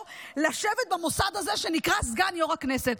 שיש במוסד הזה שנקרא סגן יו"ר הכנסת.